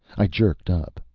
i jerked up.